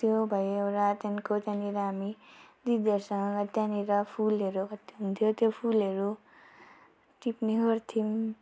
त्यो भयो एउटा त्यहाँदेखिको त्यहाँनिर हामी दिदीहरूसँग त्यहाँनिर फुलहरू कति हुन्थ्यो त्यो फुलहरू टिप्ने गर्थ्यौँ